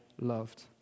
loved